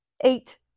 eight